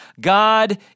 God